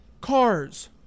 cars